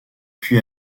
puis